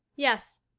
yes.